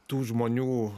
tų žmonių